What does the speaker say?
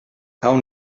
awn